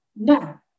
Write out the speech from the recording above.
now